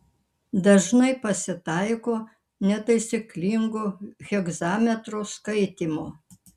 dažnai pasitaiko netaisyklingo hegzametro skaitymo